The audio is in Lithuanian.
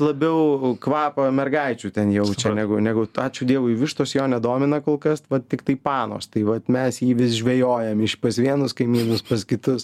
labiau kvapą mergaičių ten jaučia negu negu ačiū dievui vištos jo nedomina kol kas va tiktai panos tai vat mes jį vis žvejojam iš pas vienus kaimynus pas kitus